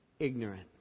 ignorant